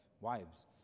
wives